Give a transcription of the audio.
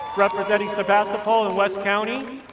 representing sebastopol in west county.